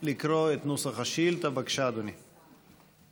לקרוא את נוסח השאילתה, בבקשה, אדוני.